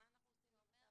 אז מה אנחנו עושים במצב כזה?